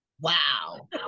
Wow